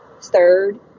third